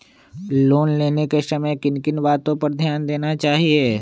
Loan लेने के समय किन किन वातो पर ध्यान देना चाहिए?